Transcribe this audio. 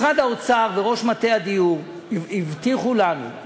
משרד האוצר וראש מטה הדיור הבטיחו לנו,